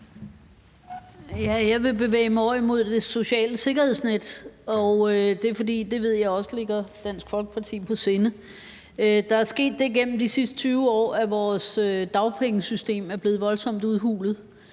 Jeg vil bevæge mig over imod det sociale sikkerhedsnet, og det er, fordi jeg ved, det også ligger Dansk Folkeparti på sinde. Der er sket det gennem de sidste 20 år, at vores dagpengesystem er blevet voldsomt udhulet,